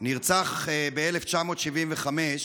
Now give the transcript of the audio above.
נרצח ב-1975.